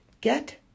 get